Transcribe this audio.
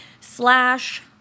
slash